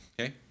Okay